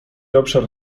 obszar